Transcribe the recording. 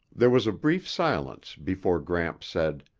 there was a brief silence before gramps said,